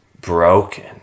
broken